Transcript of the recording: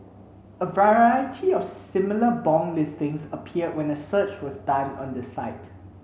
a variety of similar bong listings appeared when a search was done on the site